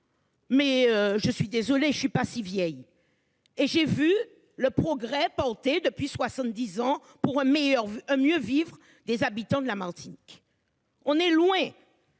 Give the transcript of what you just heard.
Mais je suis désolé, je ne suis pas si vieille. Et j'ai vu le progrès porté depuis 70 ans pour un meilleur un mieux vivre des habitants de la Martinique. On est loin.